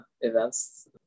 events